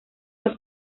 los